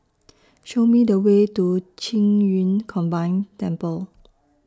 Show Me The Way to Qing Yun Combined Temple